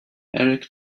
eric